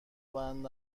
بند